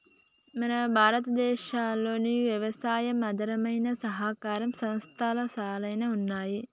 మన భారతదేసంలో యవసాయి ఆధారమైన సహకార సంస్థలు సాలానే ఉన్నాయి